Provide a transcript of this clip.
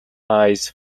eyes